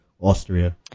Austria